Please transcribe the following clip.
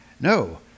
No